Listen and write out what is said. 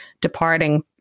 departing